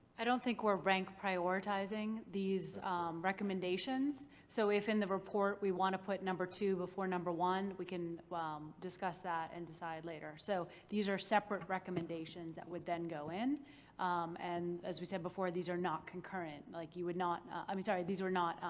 i don't think we're rank prioritizing these recommendations. so if in the report we want to put number two before number one we can discuss that and decide later. so these are separate recommendations that would then go in and as we said before these are not concurrent. like you would not. i'm sorry. these are not